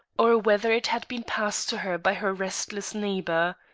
or whether it had been passed to her by her restless neighbor.